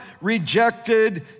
rejected